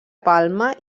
palma